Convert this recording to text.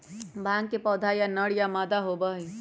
भांग के पौधा या नर या मादा होबा हई